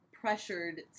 pressured